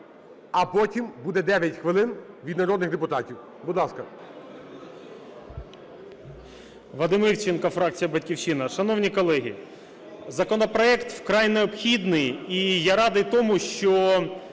А потім буде 9 хвилин від народних депутатів. Будь ласка.